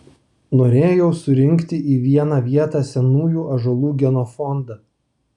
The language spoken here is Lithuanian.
norėjau surinkti į vieną vietą senųjų ąžuolų genofondą